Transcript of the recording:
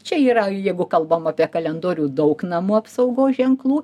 čia yra jeigu kalbam apie kalendorių daug namų apsaugos ženklų